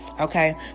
okay